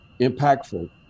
impactful